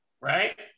right